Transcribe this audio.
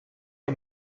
are